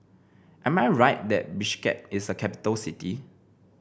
am I right that Bishkek is a capital city